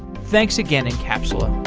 thanks again encapsula